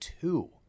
two